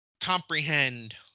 comprehend